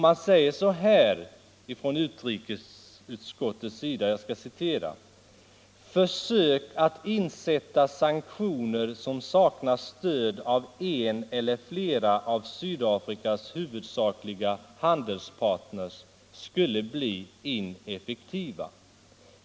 Man säger från utrikesutskottets sida: ”Försök att insätta sanktioner som saknar stöd av en eller flera av Sydafrikas huvudsakliga handelspartner skulle bli ineffektiva.